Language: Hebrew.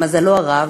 למזלו הרב,